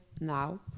now